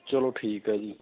ਚਲੋ ਠੀਕ ਆ ਜੀ